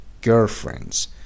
girlfriends